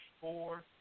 four